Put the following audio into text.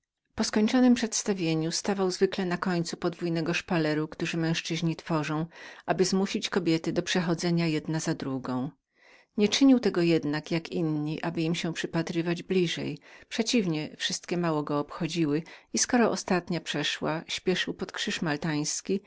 po skończonem widowisku stawał zwykle na końcu podwójnego szpaleru który męzczyzni tworzą aby zmusić kobiety do przechodzenia jedna za drugą ale wcale tego nie czynił aby przypatrywać im się bliżej przeciwnie wszystkie mało go obchodziły i skoro ostatnia przeszła śpieszył pod krzyż